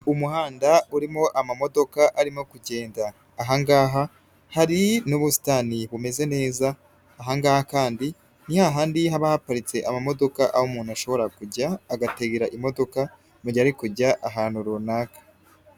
Umuhanda urimo amamodoka arimo kugenda. Aha ngaha hari n'ubusitani bumeze neza. Aha ngaha kandi ni hahandi haba haparitse amamodoka, aho umuntu ashobora kujya agategera imodoka, mu gihe ari kujya ahantu runaka.